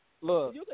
look